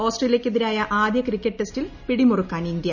ഓസ്ട്രേലിയക്കെതിരായ ആദൃ ക്രിക്കറ്റ് ടെസ്റ്റിൽ പിടിമുറുക്കാൻ ഇന്ത്യ